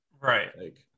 Right